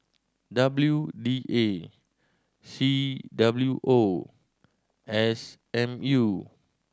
W D A C W O S M U